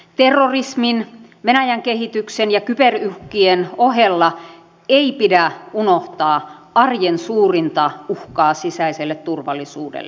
terrorismin venäjän kehityksen ja kyberuhkien ohella ei pidä unohtaa arjen suurinta uhkaa sisäiselle turvallisuudelle